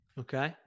Okay